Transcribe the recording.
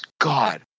God